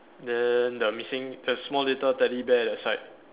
then the missing the small little teddy bear that side